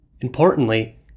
Importantly